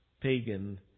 pagan